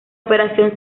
operación